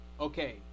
okay